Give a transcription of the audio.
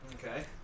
Okay